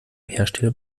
hersteller